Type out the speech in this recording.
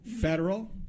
federal